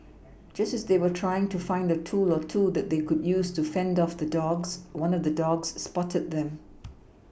just as they were trying to find a tool or two that they could use to fend off the dogs one of the dogs spotted them